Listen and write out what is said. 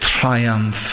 triumph